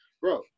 bro